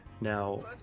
Now